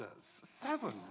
Seven